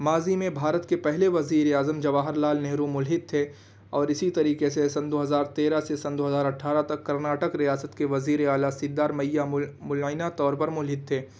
ماضی میں بھارت کے پہلے وزیر اعظم جواہر لعل نہرو ملحد تھے اور اسی طریقے سے سن دو ہزار تیرہ سے سن دو ہزار اٹھارہ تک كرناٹک ریاست كے وزیر اعلیٰ سدّا رمیّا ملعنہ طور پر ملحد تھے